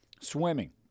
swimming